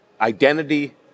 identity